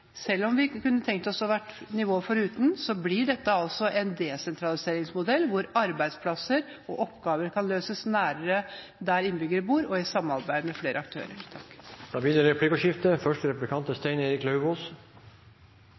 Selv om vi ikke kunne tenkt oss å være nivået foruten, blir dette altså en desentraliseringsmodell hvor arbeidsplasser kan etableres og oppgaver kan løses nærmere der innbyggerne bor, og i samarbeid med flere aktører. Det blir replikkordskifte. At Høyre og Fremskrittspartiet ikke ville ha regioner og ikke tre nivåer, er